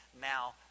now